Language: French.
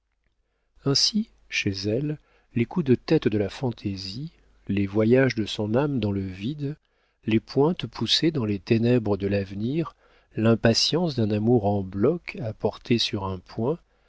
ainsi chez elle les coups de tête de la fantaisie les voyages de son âme dans le vide les pointes poussées dans les ténèbres de l'avenir l'impatience d'un amour en bloc à porter sur un point